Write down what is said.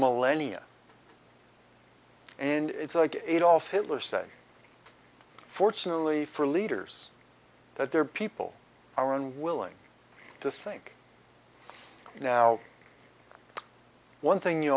millennia and it's like adolf hitler say fortunately for leaders that their people are unwilling to think now one thing you